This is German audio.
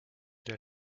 der